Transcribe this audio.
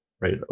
right